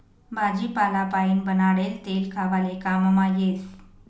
भाजीपाला पाइन बनाडेल तेल खावाले काममा येस